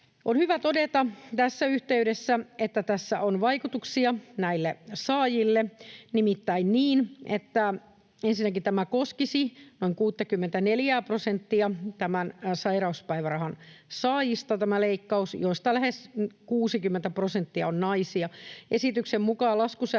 On hyvä todeta tässä yhteydessä, että tässä on vaikutuksia näille saajille. Nimittäin ensinnäkin tämä leikkaus koskisi noin 64 prosenttia sairauspäivärahan saajista, joista lähes 60 prosenttia on naisia. Esityksen mukaan laskusäännön